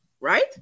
right